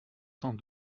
cent